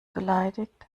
beleidigt